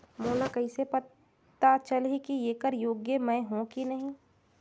मोला कइसे पता चलही की येकर योग्य मैं हों की नहीं?